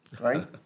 right